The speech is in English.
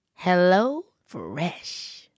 HelloFresh